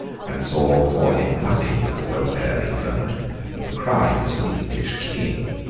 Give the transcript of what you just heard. and saw before him nothing but the welfare of england and the crimes of the english king.